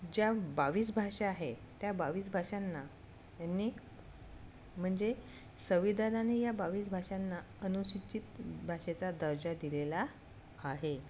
ज्या बावीस भाषा आहे त्या बावीस भाषांना यांनी म्हणजे संविधानाने या बावीस भाषांना अनुसूचित भाषेचा दर्जा दिलेला आहे